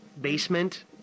basement